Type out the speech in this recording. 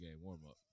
warm-up